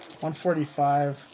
145